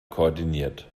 koordiniert